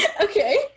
Okay